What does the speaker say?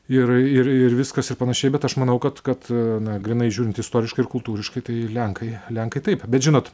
ir ir ir viskas ir panašiai bet aš manau kad kad na grynai žiūrint istoriškai ir kultūriškai tai lenkai lenkai taip bet žinot